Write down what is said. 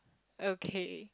okay